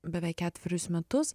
beveik ketverius metus